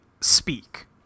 speak